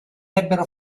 ebbero